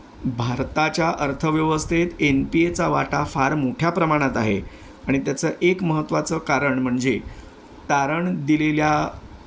भारताच्या अर्थव्यवस्थेत N P एचा वाटा फार मोठ्या प्रमाणात आहे आणि त्याचं एक महत्त्वाचं कारण म्हणजे तारण दिलेल्या